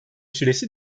süresi